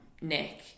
Nick